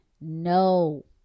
no